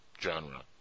genre